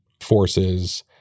forces